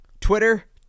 Twitter